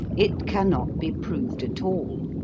it can not be proved at all.